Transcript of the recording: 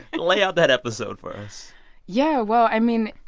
lay out that episode for us yeah. well, i mean,